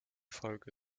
folge